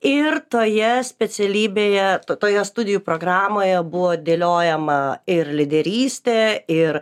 ir toje specialybėje to toje studijų programoje buvo dėliojama ir lyderystė ir